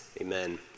amen